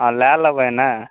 हँ लै लेबै ने